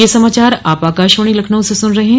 ब्रे क यह समाचार आप आकाशवाणी लखनऊ से सुन रहे हैं